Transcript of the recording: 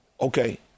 okay